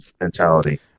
mentality